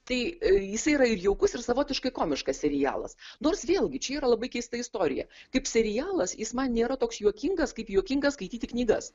tai jis yra ir jaukus ir savotiškai komiškas serialas nors vėlgi čia yra labai keista istorija kaip serialas jis man nėra toks juokingas kaip juokinga skaityti knygas